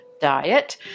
diet